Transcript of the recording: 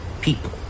people